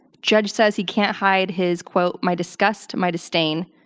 judge says he can't hide his, quote, my disgust, my disdain.